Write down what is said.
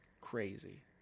Crazy